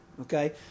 okay